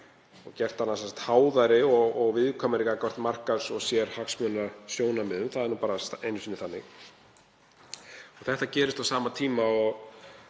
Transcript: og gert hana háðari og viðkvæmari gagnvart markaðs- og sérhagsmunasjónarmiðum. Það er nú bara einu sinni þannig. Þetta gerist á sama tíma og